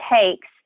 takes